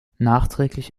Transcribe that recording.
nachträglich